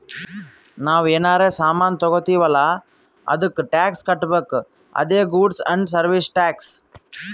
ನಾವ್ ಏನರೇ ಸಾಮಾನ್ ತಗೊತ್ತಿವ್ ಅಲ್ಲ ಅದ್ದುಕ್ ಟ್ಯಾಕ್ಸ್ ಕಟ್ಬೇಕ್ ಅದೇ ಗೂಡ್ಸ್ ಆ್ಯಂಡ್ ಸರ್ವೀಸ್ ಟ್ಯಾಕ್ಸ್